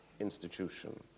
institution